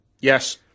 Yes